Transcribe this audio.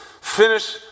finish